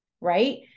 right